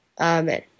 Amen